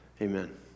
Amen